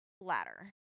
ladder